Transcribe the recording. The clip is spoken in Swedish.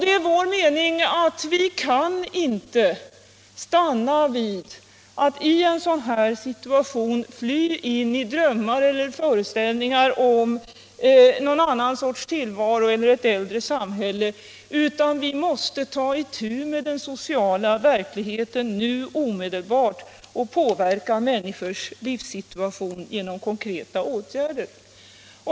Det är vår mening att vi inte kan stanna vid att i en sådan situation fly in i drömmar eller föreställningar om någon annan sorts tillvaro eller ett äldre samhälle, utan vi måste ta itu med den sociala verkligheten nu omedelbart och påverka människors livssituation genom konkreta åtgärder.